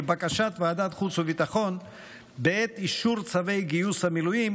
בקשת ועדת החוץ והביטחון בעת אישור צווי גיוס המילואים